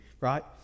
right